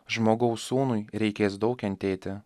žmogaus sūnui reikės daug kentėti